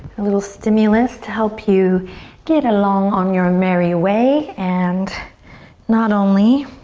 a little stimulus to help you get along on your um merry way and not only